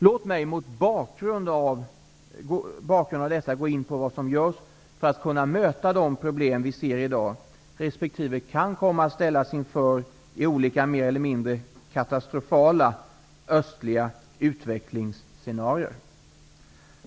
Låt mig mot denna bakgrund gå in på vad som görs för att kunna möta de problem vi ser i dag resp. kan komma att ställas inför i olika mer eller mindre katastrofala östliga utvecklingsscenarier.